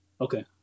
Okay